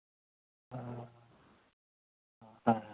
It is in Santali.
ᱦᱮᱸ